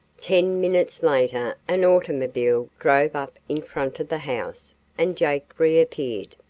ten minutes later an automobile drove up in front of the house and jake reappeared.